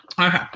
Okay